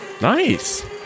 Nice